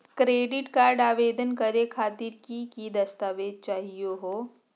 Credit card आवेदन करे खातिर की की दस्तावेज चाहीयो हो?